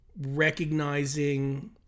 recognizing